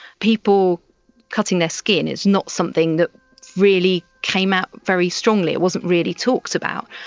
people cutting their skin is not something that really came out very strongly, it wasn't really talked about.